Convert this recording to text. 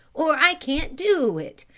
or i can't do it,